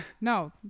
no